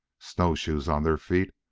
snowshoes on their feet,